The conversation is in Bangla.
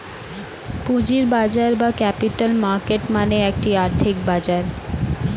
পুঁজির বাজার বা ক্যাপিটাল মার্কেট মানে একটি আর্থিক বাজার